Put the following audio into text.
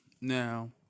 Now